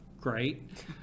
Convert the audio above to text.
great